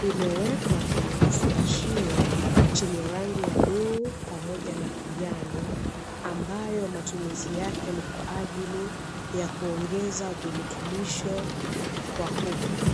imewekwa kwenye kifungashio chenye rangi ya bluu pamoja na kijani, ambayo matumizi yake ni kwa ajili ya kuongeza virutubisho kwa kuku.